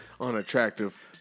unattractive